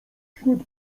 wśród